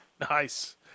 Nice